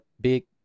big